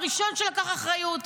הראשון שלקח אחריות.